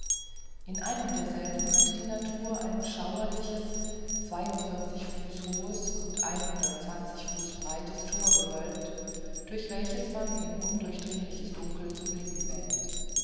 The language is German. in einem derselben hat die natur ein schauerliches zweiundvierzig fuß hohes und einhundertzwanzig fuß breites tor gewölbt durch welches man in undurchdringliches dunkel zu blicken wähnt